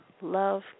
love